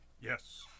Yes